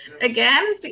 Again